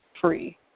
free